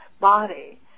body